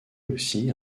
aussi